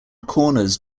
corners